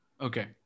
Okay